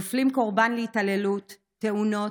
נופלים קורבן להתעללות, תאונות,